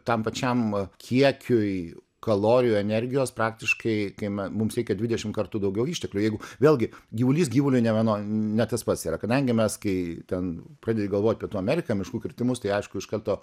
tam pačiam kiekiui kalorijų energijos praktiškai kai me mums reikia dvidešim kartų daugiau išteklių jeigu vėlgi gyvulys gyvuliui nevieno ne tas pats yra kadangi mes kai ten pradedi galvot pietų ameriką miškų kirtimus tai aišku iš karto